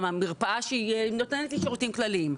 המרפאה שנותנת לי שירותים כלליים.